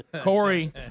Corey